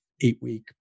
eight-week